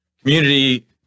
community